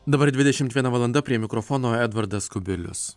dabar dvidešimt viena valanda prie mikrofono edvardas kubilius